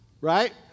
Right